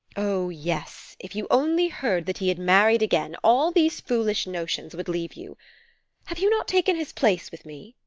oh, yes! if you only heard that he had married again, all these foolish notions would leave you have you not taken his place with me?